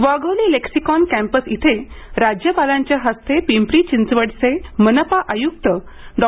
Wagholi Lexicon campus इथं राज्यपालांच्या यांच्या हस्ते पिंपरी चिंचवडचे मनपा आयुक्त डॉ